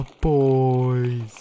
boys